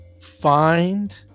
find